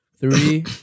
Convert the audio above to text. Three